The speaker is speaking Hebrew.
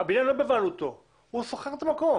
הבניין לא בבעלותו אלא הוא שוכר את המקום,